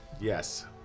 Yes